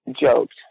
joked